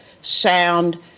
sound